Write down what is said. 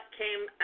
came